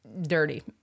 Dirty